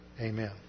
Amen